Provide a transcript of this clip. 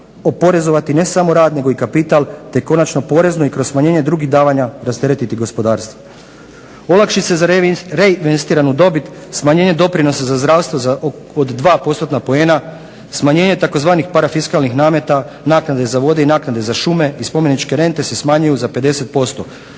oporezovati ne samo rad nego i kapital, te konačno porezno i kroz smanjenje drugih davanja rasteretiti gospodarstvo. Olakšice za reinvestiranu dobit, smanjenje doprinosa za zdravstvo od 2 postotna poena, smanjenje tzv. parafiskalnih nameta, naknade za vode i naknade za šume i spomeničke rente se smanjuju za 50%.